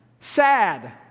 sad